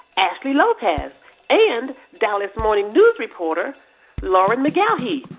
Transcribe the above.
ashley lopez and dallas morning news reporter lauren mcgaughy.